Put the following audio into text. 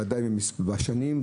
בוודאי בשנים,